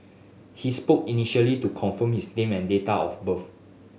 he spoke initially to confirm his name and date of birth